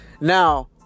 Now